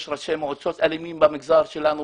יש ראשי מועצות אלימים במגזר שלנו